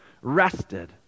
rested